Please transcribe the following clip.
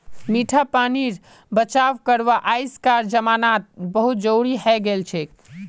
मीठा पानीर बचाव करवा अइजकार जमानात बहुत जरूरी हैं गेलछेक